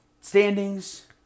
standings